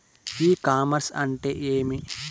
ఇ commerce అంటే ఏమి?